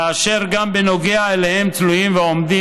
ואשר גם בנוגע אליהם תלויים ועומדים